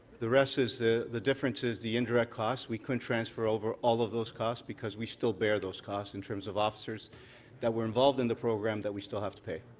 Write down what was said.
the rest is the the difference the indirect costs we couldn't transfer over all of those costs because we still bear those costs in terms of officers that were involved in the program that we still have to pay.